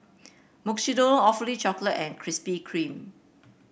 Mukshidonna Awfully Chocolate and Krispy Kreme